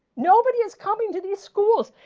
nobody is coming to these schools.